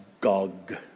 Gog